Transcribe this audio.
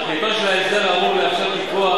תכליתו של ההסדר האמור לאפשר פיקוח